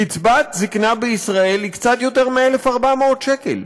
קצבת זקנה בישראל היא קצת יותר מ-1,400 שקל.